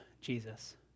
Jesus